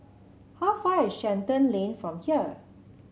how far is Shenton Lane from here